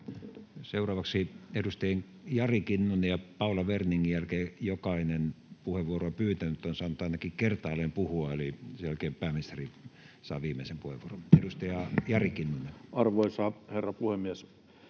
maatalous. Edustajien Jari Kinnunen ja Paula Werning jälkeen jokainen puheenvuoroa pyytänyt on saanut ainakin kertaalleen puhua, eli sen jälkeen pääministeri saa viimeisen puheenvuoron. — Edustaja Jari Kinnunen. Arvoisa herra puhemies!